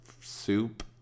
soup